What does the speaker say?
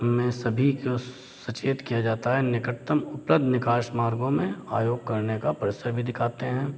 मे सभी को सचेत किया जाता है निकटतम उत्तर निकास मार्गों में आयोग करने का प्रसर भी दिखाते हैं